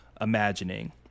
imagining